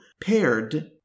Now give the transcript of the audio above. paired